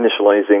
initializing